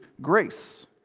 grace